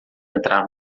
entrar